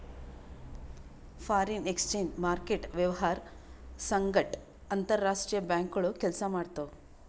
foreign exchange market ವ್ಯವಹಾರ್ ಸಂಗಟ್ ಅಂತರ್ ರಾಷ್ತ್ರೀಯ ಬ್ಯಾಂಕ್ಗೋಳು ಕೆಲ್ಸ ಮಾಡ್ತಾವ್